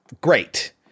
great